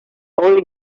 only